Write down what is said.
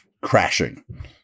crashing